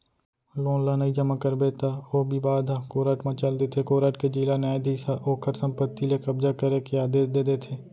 loan ल नइ जमा करबे त ओ बिबाद ह कोरट म चल देथे कोरट के जिला न्यायधीस ह ओखर संपत्ति ले कब्जा करे के आदेस दे देथे